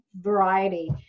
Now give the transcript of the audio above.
variety